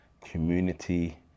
community